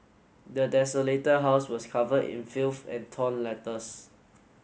the desolated house was covered in filth and torn letters